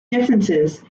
differences